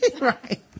right